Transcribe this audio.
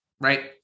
right